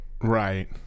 Right